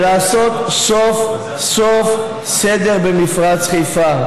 ולעשות סוף-סוף סדר במפרץ חיפה.